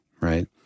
right